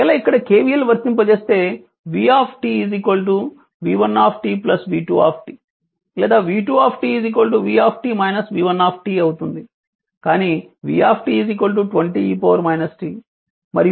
ఒకవేళ ఇక్కడ KVL వర్తింపజేస్తే v v1 v2 లేదా v2 v v1 అవుతుంది